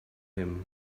him